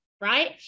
right